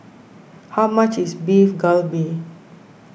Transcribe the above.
how much is Beef Galbi